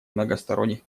многосторонних